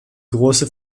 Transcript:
große